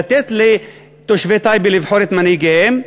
לתת לתושבי טייבה לבחור את מנהיגיהם,